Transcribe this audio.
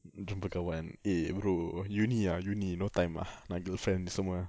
jumpa kawan eh bro uni ah uni no time ah nak girlfriend semua